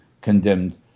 condemned